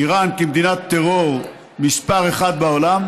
איראן כמדינת טרור מספר אחת בעולם